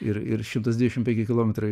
ir ir šimtas dvidešim penki kilometrai